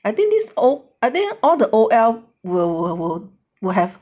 I think this oh I think all the O_L will will will will have